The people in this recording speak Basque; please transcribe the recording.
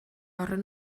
horren